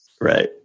Right